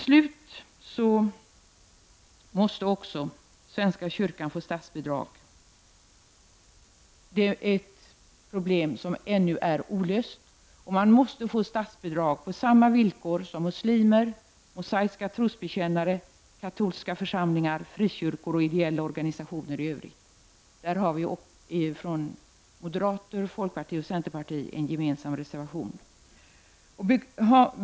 Slutligen måste också svenska kyrkan få statsbidrag. Det är ett problem som ännu är olöst. Kyrkan måste få statsbidrag på samma villkor som muslimer, mosaiska trosbekännare, katolska församlingar, frikyrkor och ideella organisationer. Där har vi från moderaterna, folkpartiet och centern en gemensam reservation.